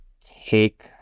take